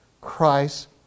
Christ